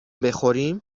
بخوریم